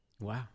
Wow